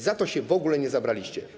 Za to się w ogóle nie zabraliście.